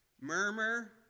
murmur